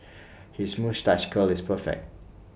his moustache curl is perfect